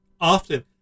often